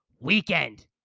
weekend